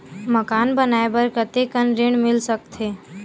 मकान बनाये बर कतेकन ऋण मिल सकथे?